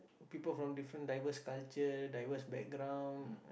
people from different diverse culture diverse background